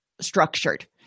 structured